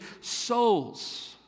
souls